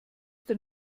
den